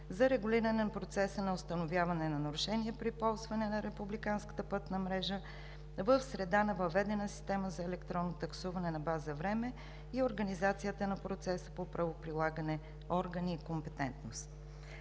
за регулиране на процеса на установяване на нарушения при ползване на републиканската пътна мрежа в среда на въведена система за електронно таксуване на база време и организацията на процеса по правоприлагане, органи и компетентност.